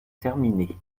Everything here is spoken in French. terminé